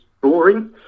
boring